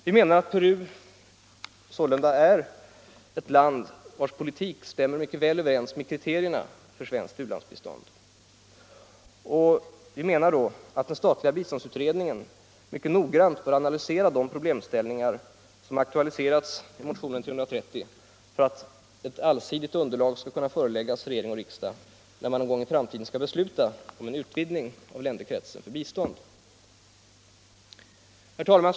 Vi menar att Peru är ett land, vars politik mycket väl stämmer överens med kriterierna för svenskt u-landsbistånd. Vi anser att den statliga biståndsutredningen mycket noggrant bör analysera de problemställningar som aktualiseras i motion 330 för att ett allsidigt underlag skall kunna föreläggas regering och riksdag när man en gång i framtiden skall besluta om en utvidgning av länderkretsen för bistånd. Herr talman!